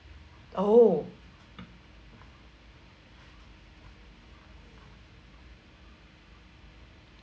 oh